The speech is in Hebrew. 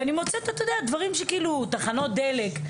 ואני מוצאת דברים כמו תחנות דלק,